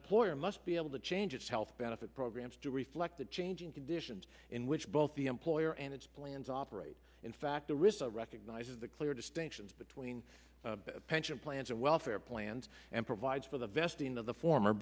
employer must be able to change its health benefit programs to reflect the changing conditions in which both the employer and its plans operate in fact the risk recognizes the clear distinctions between pension plans and welfare plans and provides for the vesting of the former